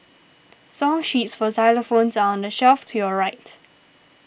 song sheets for xylophones are on the shelf to your right